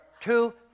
two